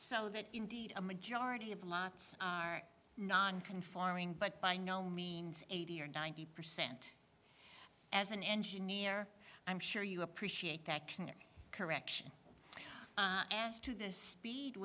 so that indeed a majority of lots are nonconforming but by no means eighty or ninety percent as an engineer i'm sure you appreciate that correction as to the speed